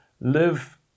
live